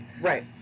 Right